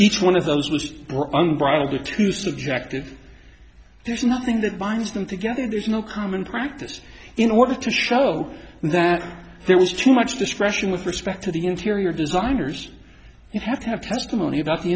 each one of those was unbridled good too subjective there's nothing that binds them together there's no common practice in order to show that there was too much discretion with respect to the interior designers you have to have testimony about the